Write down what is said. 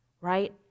right